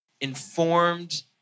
informed